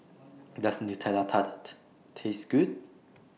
Does Nutella Tart Taste Good